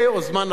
לא לתקוף.